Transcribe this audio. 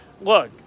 look